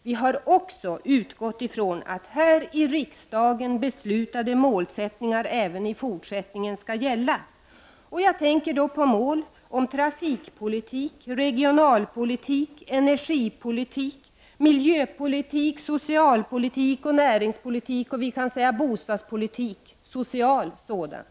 Vi har också utgått ifrån att här i riksdagen beslutade målsättningar även i fortsättningen skall gälla. Då tänker jag på mål gällande trafikpolitik, regionalpolitik, energipolitik, miljöpolitik, socialpolitik och näringspolitik. Vi har också bostadspolitik — social sådan.